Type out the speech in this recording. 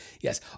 yes